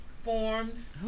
Forms